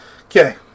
Okay